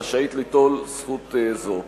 רשאית ליטול זכות זו.